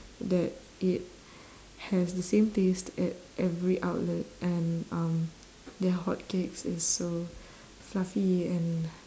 that it has the same taste at every outlet and um their hotcakes is so fluffy and